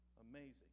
Amazing